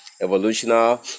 evolutional